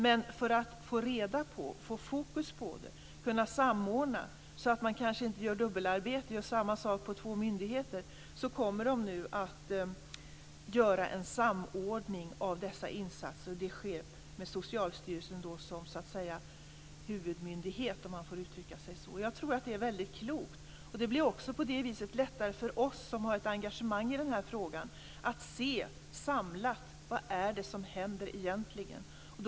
Men för att få fokus på det och kunna samordna så att man inte gör dubbelarbete, gör samma sak på två myndigheter, kommer man nu att göra en samordning av dessa insatser. Det sker med Socialstyrelsen som huvudmyndighet, om man får uttrycka sig så. Jag tror att det är väldigt klokt. Det blir också på det viset lättare för oss som har ett engagemang i den här frågan att se samlat vad det egentligen är som händer.